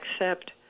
accept